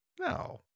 No